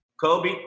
Kobe